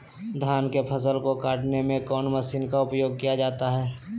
धान के फसल को कटने में कौन माशिन का उपयोग किया जाता है?